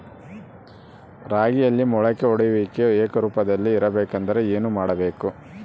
ರಾಗಿಯಲ್ಲಿ ಮೊಳಕೆ ಒಡೆಯುವಿಕೆ ಏಕರೂಪದಲ್ಲಿ ಇರಬೇಕೆಂದರೆ ಏನು ಮಾಡಬೇಕು?